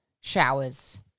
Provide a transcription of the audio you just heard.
Showers